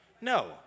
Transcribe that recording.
No